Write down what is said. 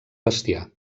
bestiar